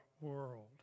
world